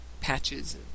patches